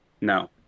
No